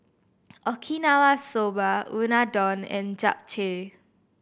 Okinawa Soba Unadon and Japchae